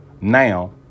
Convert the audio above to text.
now